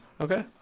Okay